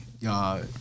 y'all